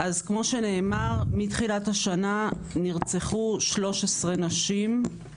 אז כמו שנאמר מתחילת השנה נרצחו 13 נשים.